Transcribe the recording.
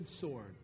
sword